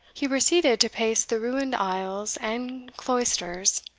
he proceeded to pace the ruined aisles and cloisters,